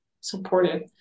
supported